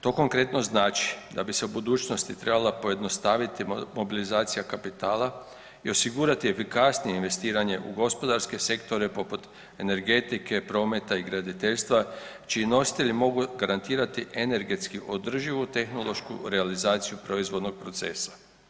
To konkretno znači da bi se u budućnosti trebala pojednostaviti mobilizacija kapitala i osigurati efikasnije investiranje u gospodarske sektore poput energetike, prometa i graditeljstva čiji nositelji mogu garantirati energentski održivu tehnološku realizaciju proizvodnog procesa.